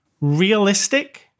realistic